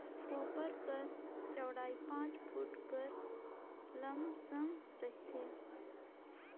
कोपर कर चउड़ई पाँच फुट कर लमसम रहथे